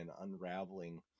unraveling